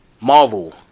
Marvel